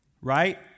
Right